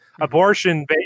Abortion